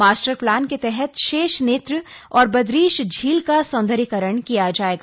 master plan के तहत शेष नेत्र और बद्रीश झील का सौन्दर्यीकरण किया जाएगा